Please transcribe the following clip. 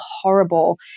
horrible